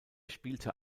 spielte